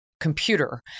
computer